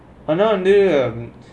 uh nowadays